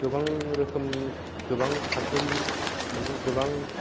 गोबां रोखोमनि गोबां थाखोनि माने गोबां